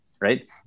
right